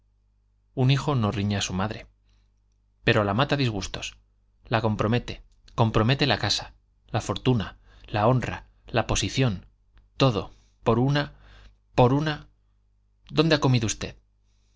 un hijo no riñe a su madre pero la mata a disgustos la compromete compromete la casa la fortuna la honra la posición todo por una por una dónde ha comido usted